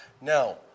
Now